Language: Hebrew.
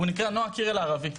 הוא נקרא נועה קירל הערבי.